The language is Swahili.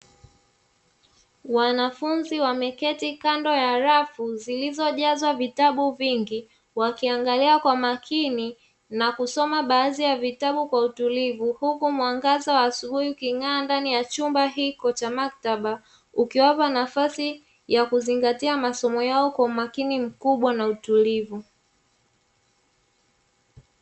Wanafunzi wameketi kando ya rafu zilizojazwa vitabu vingi wakiangalia kwa makini na kusoma baadhi ya vitabu kwa utulivu, huku mwangaza wa asubuhi uking'aa ndani ya chumba hiki cha maktaba ukiwapa nafasi ya kuzingatia masomo yao kwa umakini mkubwa na utulivu.